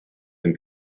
and